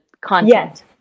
content